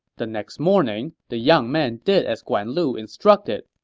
the next morning, the young man did as guan lu instructed.